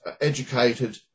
educated